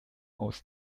aus